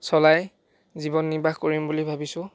চলাই জীৱন নিৰ্বাহ কৰিম বুলি ভাবিছোঁ